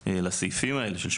לסעיפים (8),